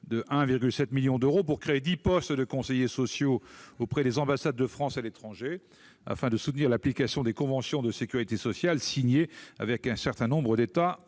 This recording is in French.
de 1,7 million d'euros pour créer dix postes de conseillers sociaux auprès des ambassades de France à l'étranger, afin de soutenir l'application des conventions de sécurité sociale signées avec un certain nombre d'États